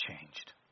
changed